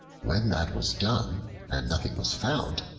when that was done and nothing was found,